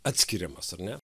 atskiriamas ar ne